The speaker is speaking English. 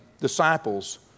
disciples